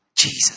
Jesus